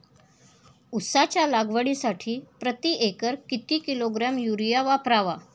उसाच्या लागवडीसाठी प्रति एकर किती किलोग्रॅम युरिया वापरावा?